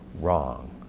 wrong